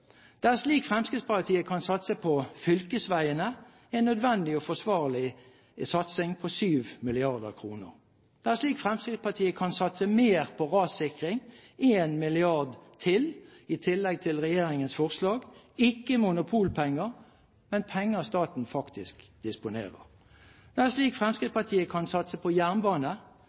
Det er slik Fremskrittspartiet kan satse på fylkesveiene, en nødvendig og forsvarlig satsing på 7 mrd. kr. Det er slik Fremskrittspartiet kan satse mer på rassikring, 1 mrd. kr til, i tillegg til regjeringens forslag – ikke i monopolpenger, men penger som staten faktisk disponerer. Det er slik Fremskrittspartiet kan satse på jernbane,